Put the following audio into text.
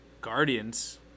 Guardians